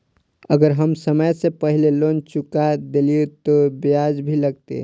अगर हम समय से पहले लोन चुका देलीय ते ब्याज भी लगते?